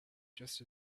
just